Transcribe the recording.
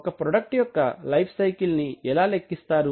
ఒక ప్రోడక్ట్ యొక్క life cycle ని ఎలా ఎలా లెక్కిస్తారు